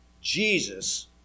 Jesus